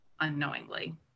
unknowingly